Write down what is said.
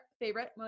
favorite